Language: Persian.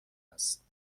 است